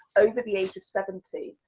over the age of seventy,